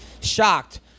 shocked